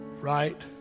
right